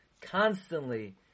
constantly